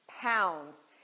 pounds